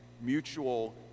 mutual